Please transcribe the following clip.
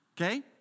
okay